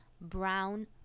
brown